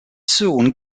soon